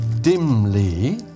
dimly